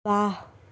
वाह